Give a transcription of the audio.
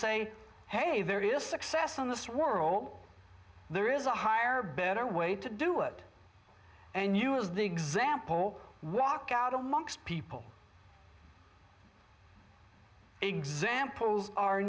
say hey there is success on the swirl there is a higher better way to do it and use the example walk out amongst people examples are